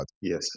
Yes